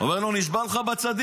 אומר לו: נשבע לך בצדיק.